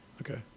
Okay